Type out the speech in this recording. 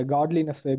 Godliness